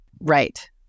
Right